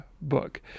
book